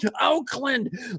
Oakland